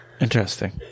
Interesting